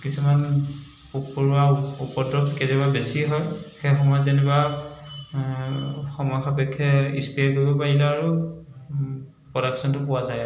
কিছুমান পোক পৰুৱাৰ উপদ্ৰৱ কেতিয়াবা বেছি হয় সেই সময়ত যেনিবা সময় সাপেক্ষে স্প্ৰে' কৰিব পাৰিলে আৰু প্ৰডাকচনটো পোৱা যায় আৰু